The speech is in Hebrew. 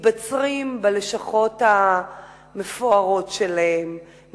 מתבצרים בלשכות המפוארות שלהם,